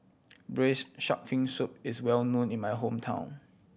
Braised Shark Fin Soup is well known in my hometown